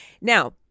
Now